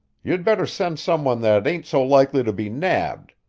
you'd better send some one that ain't so likely to be nabbed,